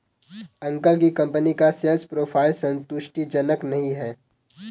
uncle की company का sales profile संतुष्टिजनक नही है